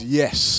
yes